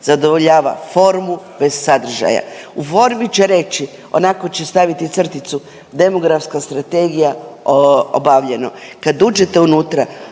zadovoljava formu bez sadržaja. U formi će reći, onako će staviti crticu, demografska strategija, obavljeno. Kad uđete unutra